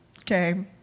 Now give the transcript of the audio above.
okay